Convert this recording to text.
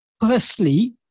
Firstly